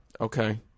okay